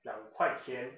两块钱